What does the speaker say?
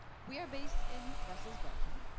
we are based in brussels, belgium.